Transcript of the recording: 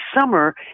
summer